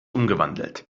umgewandelt